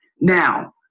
now